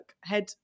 head